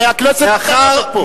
הרי הכנסת מתערבת פה.